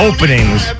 Openings